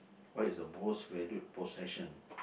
what is the most valued possession